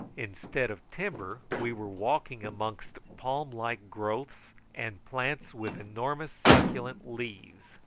instead of timber we were walking amongst palm-like growth and plants with enormous succulent leaves.